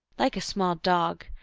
like a small dog,